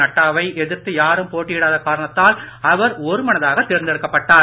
நட்டாவை எதிர்த்து யாரும் போட்டியிடாத காரணத்தால் அவர் ஒருமனதாக தேர்ந்தெடுக்கப்பட்டார்